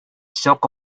silk